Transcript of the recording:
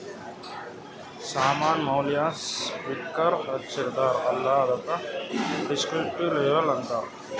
ಸಾಮಾನ್ ಮ್ಯಾಲ ಸ್ಟಿಕ್ಕರ್ ಹಚ್ಚಿರ್ತಾರ್ ಅಲ್ಲ ಅದ್ದುಕ ದಿಸ್ಕ್ರಿಪ್ಟಿವ್ ಲೇಬಲ್ ಅಂತಾರ್